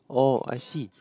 oh I see